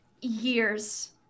years